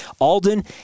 Alden